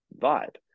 vibe